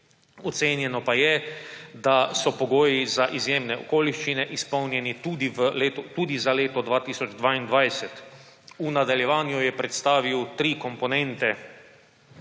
ocenjeno pa je, da so pogoji za izjemne okoliščine izpolnjeni tudi za leto 2022. V nadaljevanju je predstavil tri komponente